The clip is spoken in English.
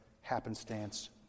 happenstance